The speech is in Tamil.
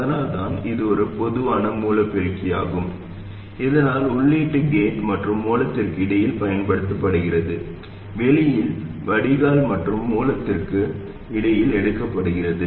அதனால்தான் இது ஒரு பொதுவான மூல பெருக்கியாகும் இதனால் உள்ளீடு கேட் மற்றும் மூலத்திற்கு இடையில் பயன்படுத்தப்படுகிறது வெளியீடு வடிகால் மற்றும் மூலத்திற்கு இடையில் எடுக்கப்படுகிறது